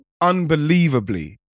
unbelievably